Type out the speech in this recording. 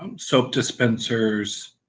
um soap dispensers,